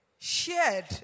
Shared